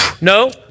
No